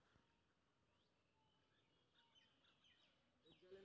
जैविक विधि से कम खर्चा में खेती के लेल तरीका?